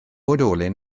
oedolyn